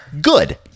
Good